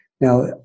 Now